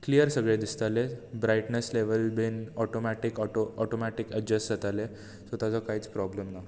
clear सगळें दिसतालें brightness बी ऑटोमेटीक ऑटोमेटीक एडजस्ट जातालें सो ताचो कांयच प्रोब्लम ना